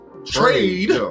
Trade